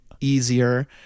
easier